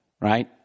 right